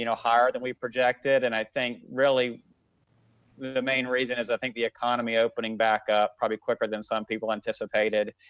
you know higher than we projected. and i think really the main reason is i think the economy opening back up probably quicker than some people anticipated.